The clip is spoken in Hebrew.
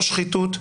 לא שחיתות,